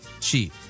cheap